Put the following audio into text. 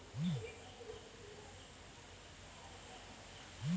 Computer ನಲ್ಲಿ ನನ್ನ photo ಮತ್ತು ಆಧಾರ್ ಕಾರ್ಡ್ ಹೇಗೆ ಹಾಕುವುದು?